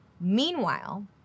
Meanwhile